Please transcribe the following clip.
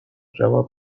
جواب